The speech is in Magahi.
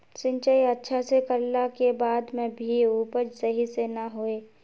सिंचाई अच्छा से कर ला के बाद में भी उपज सही से ना होय?